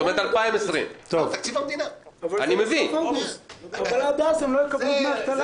זאת אומרת, 2020. עד אז הם לא יקבלו דמי אבטלה?